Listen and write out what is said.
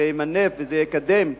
זה ימנף וזה יקדם,